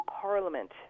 Parliament